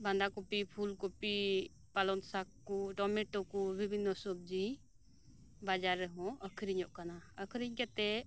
ᱵᱟᱸᱫᱷᱟᱠᱚᱯᱤ ᱯᱷᱩᱞ ᱠᱚᱯᱤ ᱯᱟᱞᱚᱱ ᱥᱟᱠ ᱠᱚ ᱴᱚᱢᱮᱴᱚ ᱠᱚ ᱵᱤᱵᱷᱤᱱᱚ ᱥᱚᱵᱡᱤ ᱵᱟᱡᱟᱨ ᱨᱮᱦᱚᱸ ᱟᱹᱠᱷᱨᱤᱧᱚᱜ ᱠᱟᱱᱟ ᱟᱹᱠᱷᱨᱤᱧ ᱠᱟᱛᱮᱫ